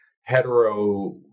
hetero